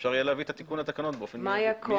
אפשר יהיה להביא את התיקון לתקנות באופן מידי.